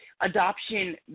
adoption